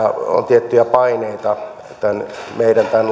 tiettyjä paineita tämän